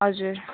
हजुर